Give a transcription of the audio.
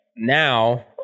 now